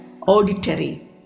auditory